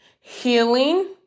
healing